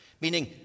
Meaning